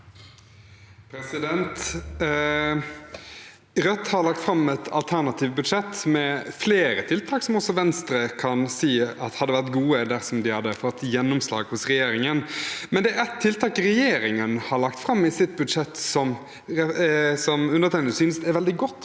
Rødt har lagt fram et alternativt budsjett med flere tiltak som også Venstre kan si hadde vært gode dersom de hadde fått gjennomslag hos regjeringen. Det er et tiltak regjeringen har lagt fram i sitt budsjett, som undertegnede synes er veldig godt.